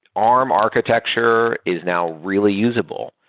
arm architecture is now really usable.